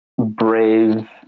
Brave